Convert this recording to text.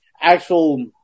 actual